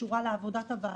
שקשורה לעבודת הוועדה.